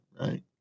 Right